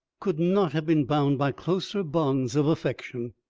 could not have been bound by closer bonds of affection.